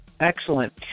Excellent